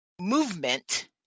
movement